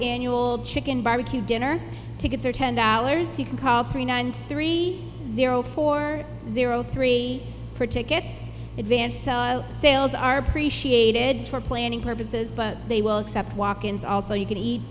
annual chicken barbecue dinner tickets are ten dollars you can call three nine three zero four zero three for tickets advance sales are appreciated for planning purposes but they will accept walk ins also you can eat